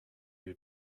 you